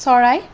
চৰাই